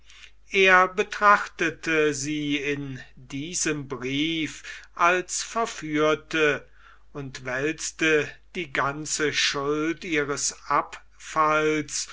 er betrachtete sie in diesem brief als verführte und wälzte die ganze schuld ihres abfalls